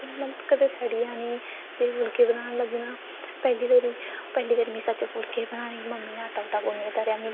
ओह् घर हैनी बनी सकदी साढ़े कोला बड़ी गै कोशिश कीती पर तां बी निं बनदी ते पता निं केह्ड़ा केह्ड़ा केह् केह् मसाले पाए दे होंदे